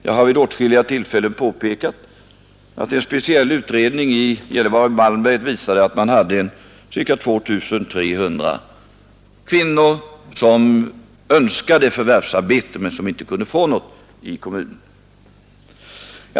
Jag har vid åtskilliga tillfällen påpekat, att en speciell utredning i Gällivare— Malmberget visade att det i kommunen fanns ca 2 300 kvinnor som önskade förvärvsarbete men inte kunde få något.